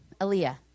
Aaliyah